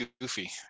goofy